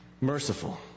merciful